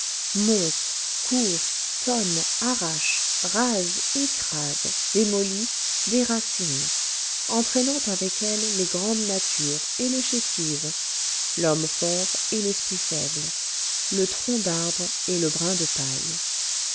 monte court tonne arrache rase écrase démolit déracine entraînant avec elle les grandes natures et les chétives l'homme fort et l'esprit faible le tronc d'arbre et le brin de paille